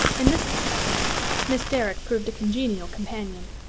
in this respect miss derrick proved a congenial companion.